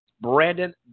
Brandon